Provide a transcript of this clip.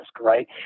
right